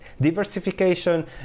diversification